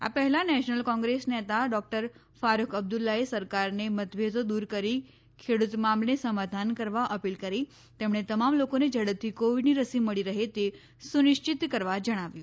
આ પહેલા નેશનલ કોંગ્રેસના નેતા ડોકટર ફારૂખ અબ્દુલ્લાએ સરકારને મતભેદો દુર કરી ખેડુત મામલે સમાધાન કરવા અપીલ કરી તેમણે તમામ લોકોને ઝડપથી કોવિડની રસી મળી રહે તે સુનિશ્ચિત કરવા જણાવ્યું